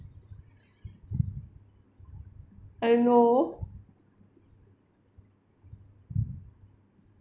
I know